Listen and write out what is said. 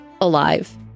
alive